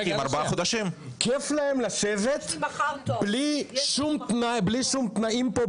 כיף להם לשבת בלי שום תנאים פה,